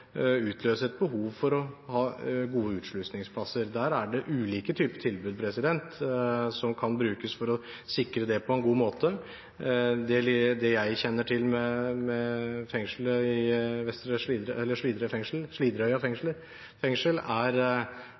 utløse et behov for å ha gode utslusingsplasser. Der er det ulike typer tilbud som kan brukes for å sikre det på en god måte. Det jeg kjenner til med Slidreøya fengsel, er at det har et program som fremstår som vellykket. Og den typen ting er